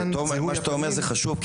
מה שאתה אומר זה חשוב,